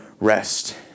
rest